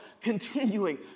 continuing